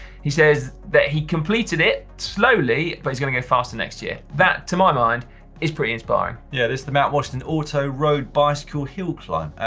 he says that he completed it slowly, but he's gonna go faster next year. that to my mind is pretty inspiring. yeah this is mount washington auto road bicycle hill climb,